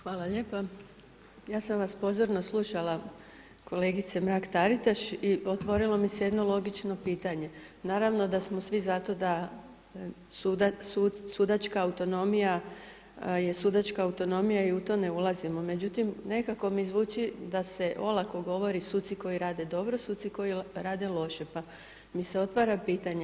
Hvala lijepo, ja sam vas pozorno slušala kolegice Mrak-Taritaš i otvorilo mi se jedno logično pitanje, naravno da smo svi za to da sudačka autonomija je sudačka autonomija i u to ne ulazimo, međutim nekako mi zvuči da se olako govori suci koji rade dobro, suci koji rade loše, pa mi se otvara pitanje.